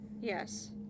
Yes